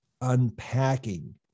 unpacking